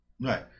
Right